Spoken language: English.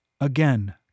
Again